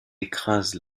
écrase